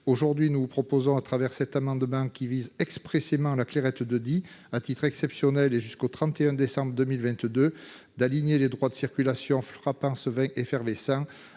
Aujourd'hui, nous vous proposons, par cet amendement visant expressément la clairette de Die, d'aligner, à titre exceptionnel et jusqu'au 31 décembre 2022, les droits de circulation frappant ce vin effervescent